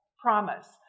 promise